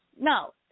No